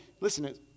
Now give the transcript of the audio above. listen